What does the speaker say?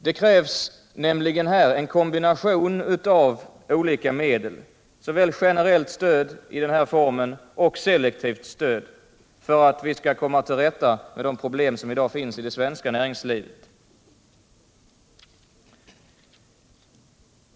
Det krävs nämligen här en kombination av olika medel, såväl generellt stöd i denna form som selektivt stöd, för att vi skall komma till rätta med de problem som finns i det svenska näringslivet.